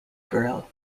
girl